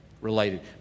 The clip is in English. related